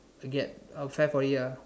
forget uh fair for it ah